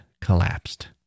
collapsed